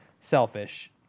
selfish